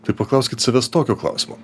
tai paklauskit savęs tokio klausimo